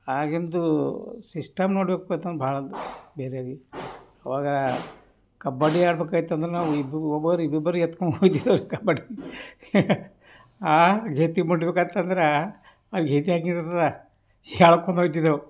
ಆಗಿಂದೂ system ನೋಡ್ಬೇಕು ಆಯ್ತಂದ್ರ್ ಭಾಳ ಬೇರೆವಿ ಅವಾಗ ಕಬಡ್ಡಿ ಆಡ್ಬೇಕಾಯ್ತು ಅಂದ್ರೆ ನಾವು ಇಬ್ರು ಒಬ್ಬರು ಇಬ್ಬಿಬ್ಬರು ಎತ್ಕೊಂಡು ಹೋಗ್ತಿದೇವ್ ರೀ ಕಬಡ್ಡಿ ಆ ಗೆದ್ದು ಮುಟ್ಬೇಕಾತಂದ್ರೆ ಅಲ್ಲಿ ಗೆದ್ದು ಹಾಕಿನರರ ಎಳ್ಕೊಂಡು ಹೋಗ್ತಿದ್ದೆವು